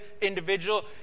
individual